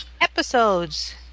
episodes